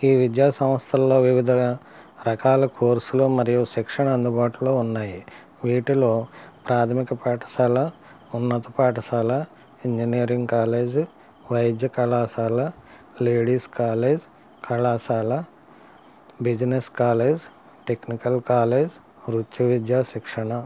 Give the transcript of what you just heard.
ఈ విద్యాసంస్థల్లో వివిధ రకాల కోర్సులు మరియు శిక్షణ అందుబాటులో ఉన్నాయి వీటిలో ప్రాథమిక పాఠశాల ఉన్నత పాఠశాల ఇంజనీరింగ్ కాలేజ్ వైద్య కళాశాల లేడీస్ కాలేజ్ కళాశాల బిజినెస్ కాలేజ్ టెక్నికల్ కాలేజ్ వృత్తి విద్య శిక్షణ